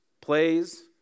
plays